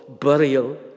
burial